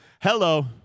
Hello